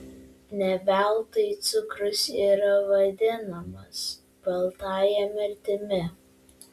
ne veltui cukrus yra vadinamas baltąja mirtimi